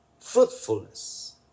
Fruitfulness